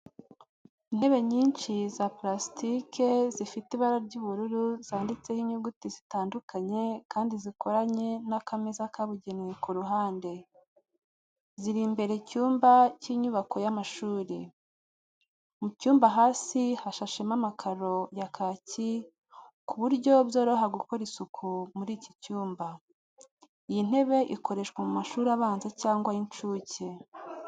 Intebe nyinshi za pulasitike zifite ibara ry'ubururu zanditseho inyuguti zitandukanye, kandi zikoranye n’akameza kabugenewe ku ruhande. Ziri imbere cyumba cy'inyubako y'amashuri. Mu cyumba hasi hashashemo amakaro ya kaki ku buryo byoroha gukora isuku muri iki cyumba. Iyi ntebe ikoreshwa mu mashuri abanza cyangwa ay'incuke.